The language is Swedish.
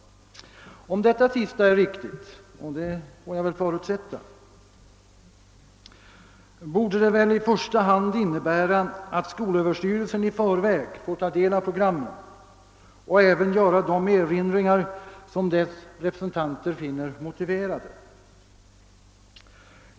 Om detta sista är riktigt — och det får jag väl förutsätta — borde det väl i första hand innebära att skolöverstyrelsen i förväg får ta del av programmen och även göra de erinringar som dess representanter finner motiverade.